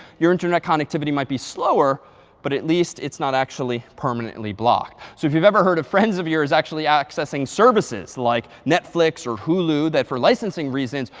your internet connectivity might be slower but at least it's not actually permanently blocked. so if you've ever heard of friends of yours actually accessing services like netflix or hulu, that for licensing reasons,